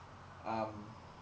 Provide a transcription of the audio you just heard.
um